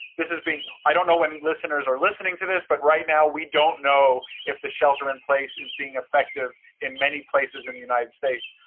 this has been, i don't know when listeners are listening to this, but right now we don't know if the shelter-in-place is being effective in many places in the united states.